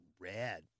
red